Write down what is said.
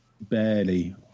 barely